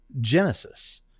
Genesis